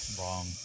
Wrong